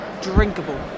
drinkable